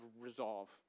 resolve